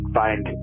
find